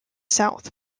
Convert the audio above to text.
south